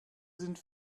sind